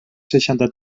seixanta